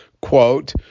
Quote